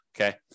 okay